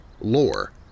lore